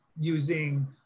Using